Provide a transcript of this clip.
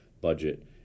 budget